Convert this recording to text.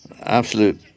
Absolute